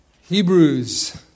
Hebrews